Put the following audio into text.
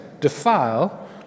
defile